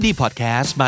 podcast